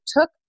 took